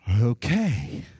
Okay